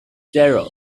zero